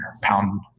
pound